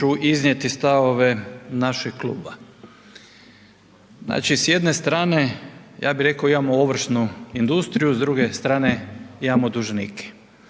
iznijeti stavove našeg kluba. Znači s jedne strane, ja bih rekao imamo ovršnu industriju, s druge strane imamo dužnike.